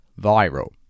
viral